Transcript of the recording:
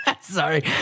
Sorry